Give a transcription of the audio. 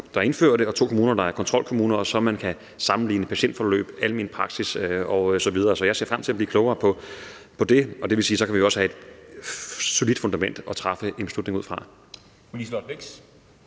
der indfører det, og to kommuner, der er kontrolkommuner, så man kan sammenligne patientforløb, almenpraksis osv. Så jeg ser frem til at blive klogere på det, og det vil sige, at vi også kan få et solidt fundament at træffe en beslutning ud fra. Kl.